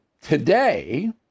today